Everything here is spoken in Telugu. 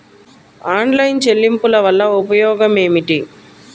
ఆన్లైన్ చెల్లింపుల వల్ల ఉపయోగమేమిటీ?